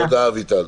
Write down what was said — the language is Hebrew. תודה, אביטל.